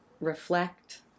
reflect